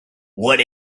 what